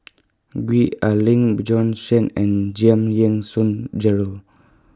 Gwee Ah Leng Bjorn Shen and Giam Yean Song Gerald